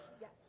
Yes